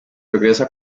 regresa